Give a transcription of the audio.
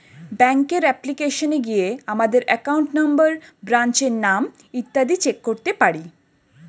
ব্যাঙ্কের অ্যাপ্লিকেশনে গিয়ে আমাদের অ্যাকাউন্ট নম্বর, ব্রাঞ্চের নাম ইত্যাদি চেক করতে পারি